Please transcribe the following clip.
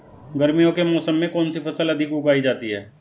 गर्मियों के मौसम में कौन सी फसल अधिक उगाई जाती है?